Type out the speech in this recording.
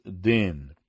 den